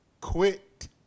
quit